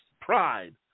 pride